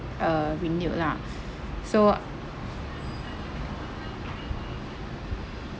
uh renewed lah so